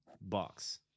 box